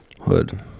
hood